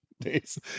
days